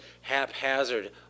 haphazard